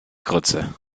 grütze